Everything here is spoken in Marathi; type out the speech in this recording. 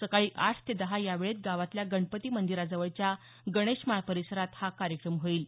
सकाळी आठ ते दहा या वेळेत गावातल्या गणपती मंदिराजवळच्या गणेशमाळ परिसरात हा कार्यक्रम होईल